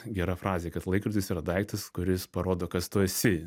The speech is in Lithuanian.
gera frazė kad laikrodis yra daiktas kuris parodo kas tu esi